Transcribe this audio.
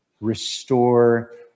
restore